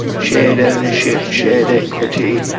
shared ownership, shared equity,